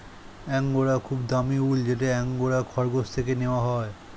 angora খুবই দামি উল যেটা অ্যাঙ্গোরা খরগোশ থেকে নেওয়া হয়